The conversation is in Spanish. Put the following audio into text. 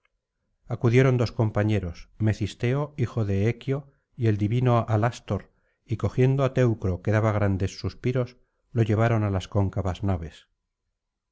acudieron dos compañeros mecisteo hijo de equio y el divino alástor y cogiendo á teucro que daba grandes suspiros lo llevaron á las cóncavas naves